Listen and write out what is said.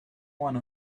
one